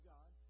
God